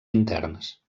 interns